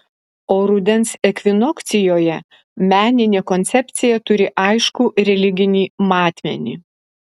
o rudens ekvinokcijoje meninė koncepcija turi aiškų religinį matmenį